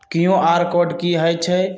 QR code कि हई छई?